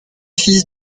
fils